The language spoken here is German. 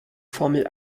formel